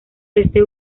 este